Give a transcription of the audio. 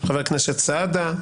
חבר הכנסת סעדה,